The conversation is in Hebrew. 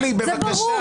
זה ברור.